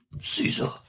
Caesar